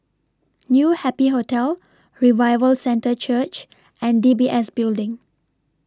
New Happy Hotel Revival Centre Church and D B S Building